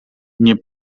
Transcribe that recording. nie